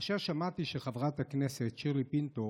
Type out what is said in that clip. כאשר שמעתי שחברת הכנסת שירלי פינטו